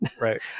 Right